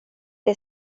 det